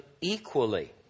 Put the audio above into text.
equally